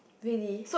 really